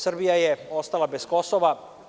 Srbija je ostala bez Kosova.